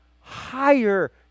higher